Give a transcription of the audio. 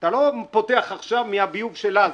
אתה לא פותח עכשיו מהביוב של עזה.